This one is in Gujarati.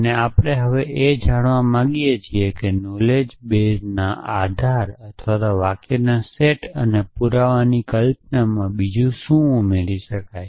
અને આપણે હવે એ જાણવા માગીએ છીએ કે નોલેજબેઝમાં અથવા વાક્યના સમૂહ અને પુરાવા નોશનમાં બીજું શું ઉમેરી શકાય